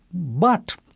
but